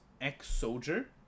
ex-soldier